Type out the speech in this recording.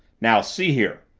now see here,